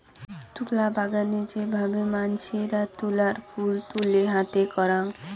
তুলা বাগানে যে ভাবে মানসিরা তুলার ফুল তুলে হাতে করাং